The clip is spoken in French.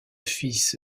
fils